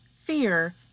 Fear